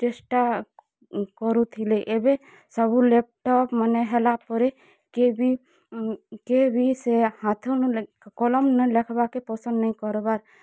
ଚେଷ୍ଟା କରୁଥିଲେ ଏବେ ସବୁ ଲ୍ୟାପ୍ଟପ୍ ମାନେ ହେଲା ପରେ କେହି ବି କେହିବି ସେ ହାତନେ କଲମ୍ନେ ଲେଖବାର୍କେ ପସନ୍ଦ ନାଇଁ କର୍ବାର୍